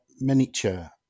miniature